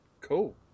Cool